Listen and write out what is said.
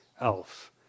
else